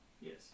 Yes